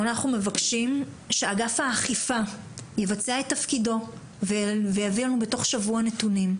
אנחנו מבקשים שאגף האכיפה יבצע את תפקידו ויביא לנו בתוך שבוע נתונים.